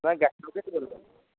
নহয় গাখীৰকে দিব লাগিব